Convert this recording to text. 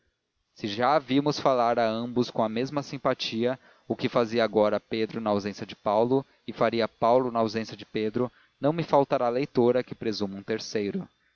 se já a vimos falar a ambos com a mesma simpatia o que fazia agora a pedro na ausência de paulo e faria a paulo na ausência de pedro não me faltará leitora que presuma um terceiro